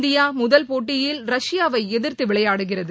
India முதல் போட்டியில் ரஷ்யாவை எதிர்த்து விளையாடுகிறது